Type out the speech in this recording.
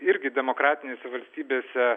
irgi demokratinėse valstybėse